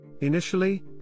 Initially